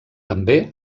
també